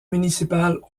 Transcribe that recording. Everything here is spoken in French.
municipales